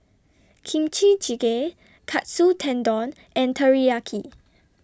Kimchi Jjigae Katsu Tendon and Teriyaki